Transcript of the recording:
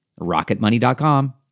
rocketmoney.com